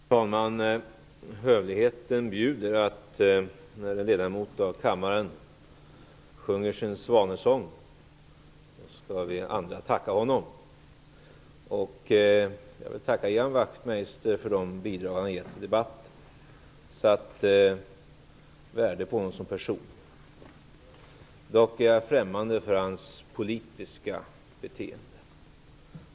Fru talman! Hövligheten bjuder att när en ledamot av kammaren sjunger sin svanesång skall vi andra tacka honom. Jag vill tacka Ian Wachtmeister för hans bidrag i debatter. Jag värderar honom som person. Dock är jag främmande för hans politiska beteende.